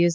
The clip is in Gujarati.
એસ